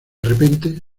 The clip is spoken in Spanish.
repente